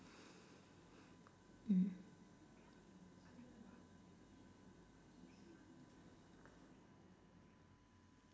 mm